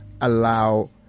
allow